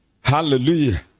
hallelujah